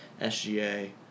SGA